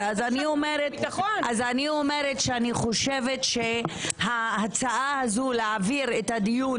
אני אומרת שאני חושבת שההצעה הזו להעביר את הדיון